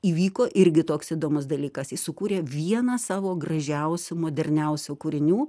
įvyko irgi toks įdomus dalykas jis sukūrė vieną savo gražiausių moderniausių kūrinių